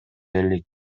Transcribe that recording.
элек